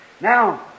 Now